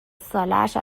سالش